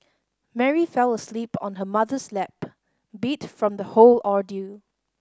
Mary fell asleep on her mother's lap beat from the whole ordeal